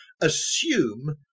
assume